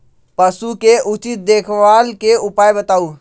पशु के उचित देखभाल के उपाय बताऊ?